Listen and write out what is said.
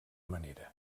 manera